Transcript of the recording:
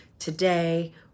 today